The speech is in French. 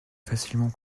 facilement